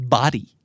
Body